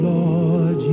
Lord